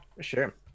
sure